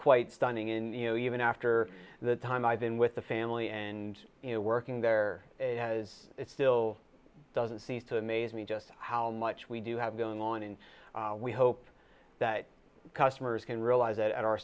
quite stunning in you know even after the time i've been with the family and you know working there has it still doesn't cease to amaze me just how much we do have going on and we hope that customers can realize that our